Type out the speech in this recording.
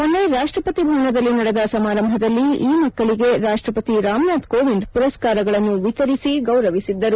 ಮೊನ್ನೆ ರಾಷ್ಟಪತಿ ಭವನದಲ್ಲಿ ನಡೆದ ಸಮಾರಂಭದಲ್ಲಿ ಈ ಮಕ್ಕಳಿಗೆ ರಾಷ್ಟ್ರಪತಿ ರಾಮನಾಥ್ ಕೋವಿಂದ್ ಪುರಸ್ಕಾರಗಳನ್ನು ವಿತರಿಸಿ ಗೌರವಿಸಿದರು